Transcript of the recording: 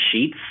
sheets